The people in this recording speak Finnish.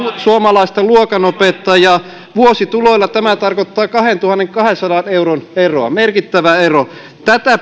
suomalaista luokanopettajaa vuosituloissa tämä tarkoittaa kahdentuhannenkahdensadan euron eroa merkittävä ero tätä